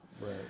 Right